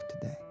today